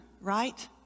right